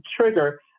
trigger